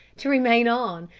to remain on,